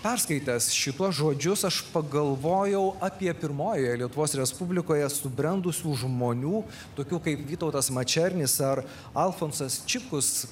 perskaitęs šituos žodžius aš pagalvojau apie pirmojoje lietuvos respublikoje subrendusių žmonių tokių kaip vytautas mačernis ar alfonsas čipkus